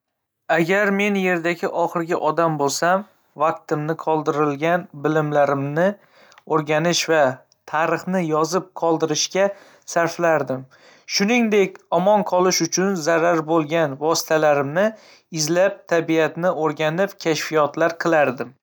Agar men Yerdagi oxirgi odam bo'lsam, vaqtimni qoldirilgan bilimlarni o'rganish va tarixni yozib qoldirishga sarflardim. Shuningdek, omon qolish uchun zarur bo‘lgan vositalarni izlab, tabiatni o‘rganib, kashfiyotlar qilar.